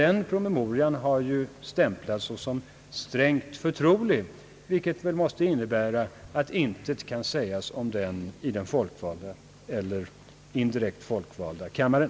Den promemorian har dock stämplats såsom strängt förtrolig, vilket måste innebära att intet kan sägas om den vare sig i den folkvalda eller i den indirekt folkvalda kammaren.